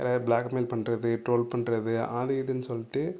யாராவது ப்ளாக்மெயில் பண்ணுறது ட்ரோல் பண்ணுறது அது இதுன்னு சொல்லிட்டு